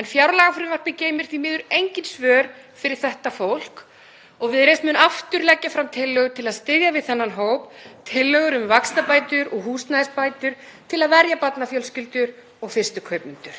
En fjárlagafrumvarpið geymir því miður engin svör fyrir þetta fólk og Viðreisn mun aftur leggja fram tillögur til að styðja við þennan hóp, tillögur um vaxtabætur og húsnæðisbætur til að verja barnafjölskyldur og fyrstu kaupendur.